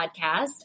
podcast